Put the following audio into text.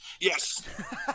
Yes